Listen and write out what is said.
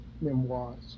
memoirs